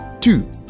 Two